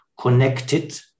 connected